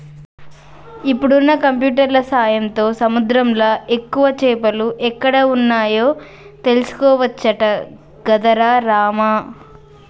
ఇప్పుడున్న కంప్యూటర్ల సాయంతో సముద్రంలా ఎక్కువ చేపలు ఎక్కడ వున్నాయో తెలుసుకోవచ్చట గదరా రామా